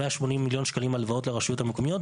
180 מיליון שקלים לרשויות המקומיות.